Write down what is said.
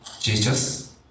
Jesus